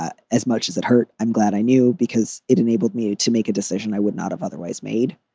ah as much as it hurt, i'm glad i knew because it enabled me to make a decision i would not have otherwise made.